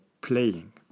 playing